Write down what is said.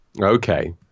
Okay